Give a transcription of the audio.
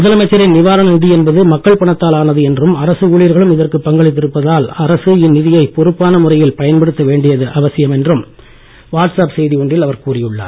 முதலமைச்சரின் நிவாரண நிதி என்பது மக்கள் பணத்தால் ஆனது என்றும் அரசு ஊழியர்களும் இதற்கு பங்களித்து இருப்பதால் அரசு இந்நிதியை பொறுப்பான முறையில் பயன்படுத்த வேண்டியது அவசியம் என்றும் வாட்ஸ்அப் செய்தி ஒன்றில் அவர் கூறியுள்ளார்